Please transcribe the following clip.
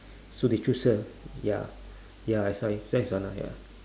so they choose her ya ya that's why ya